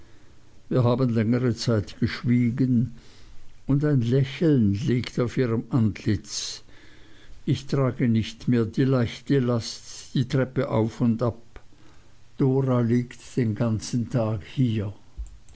wir haben längere zeit geschwiegen und ein lächeln liegt auf ihrem antlitz ich trage nicht mehr die leichte last die treppe auf und ab dora liegt den ganzen tag hier